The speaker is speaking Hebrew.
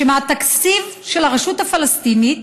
שמהתקציב של הרשות הפלסטינית,